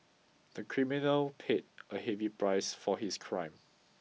the criminal paid a heavy price for his crime